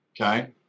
okay